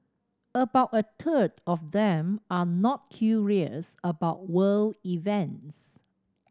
about a third of them are not curious about world events